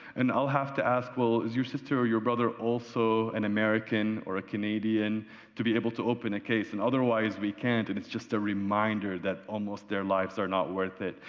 and i'll have to ask, well, is your sister or brother also an american or a canadian to be able to open a case, and otherwise we can't, and it's just a reminder that almost their lives are not worth it.